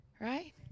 right